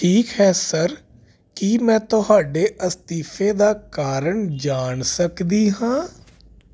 ਠੀਕ ਹੈ ਸਰ ਕੀ ਮੈਂ ਤੁਹਾਡੇ ਅਸਤੀਫੇ ਦਾ ਕਾਰਨ ਜਾਣ ਸਕਦੀ ਹਾਂ